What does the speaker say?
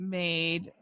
made